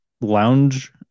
lounge